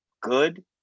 good